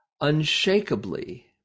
unshakably